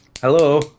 Hello